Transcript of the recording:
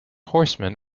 horsemen